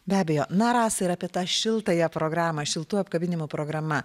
be abejo na rasa ir apie tą šiltąją programą šiltų apkabinimų programa